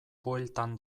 bueltan